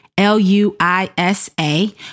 L-U-I-S-A